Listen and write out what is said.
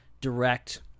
direct